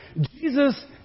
Jesus